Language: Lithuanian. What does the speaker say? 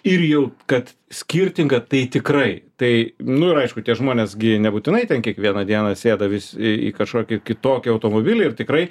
ir jau kad skirtinga tai tikrai tai nu ir aišku tie žmonės gi nebūtinai ten kiekvieną dieną sėda vis į į kažkokį kitokį automobilį ir tikrai